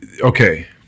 Okay